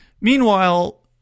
Meanwhile